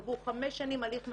קבעו חמש שנים הליך מדורג,